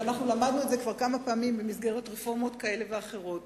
ואנחנו למדנו את זה כבר כמה פעמים ברפורמות כאלה ואחרות.